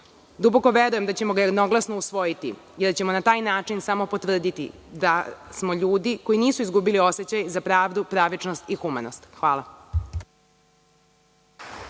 Duboko verujem da ćemo ga jednoglasno usvojiti i da ćemo na taj način samo potvrditi da smo ljudi koji nismo izgubili osećaj za pravdu, pravičnost i humanost. Hvala.